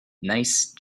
nice